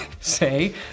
say